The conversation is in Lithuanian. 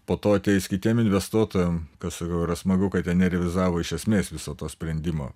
po to atėjus kitiem investuotojam kas yra smagu kad jie nerevizavo iš esmės viso to sprendimo